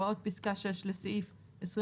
הסעיף אומר כך: "הוראות פסקה (6) לסעיף 21ב(ב1)